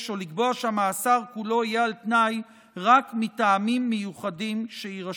או לקבוע שהמאסר כולו יהיה על תנאי רק מטעמים מיוחדים שיירשמו.